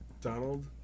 Donald